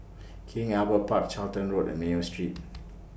King Albert Park Charlton Road and Mayo Street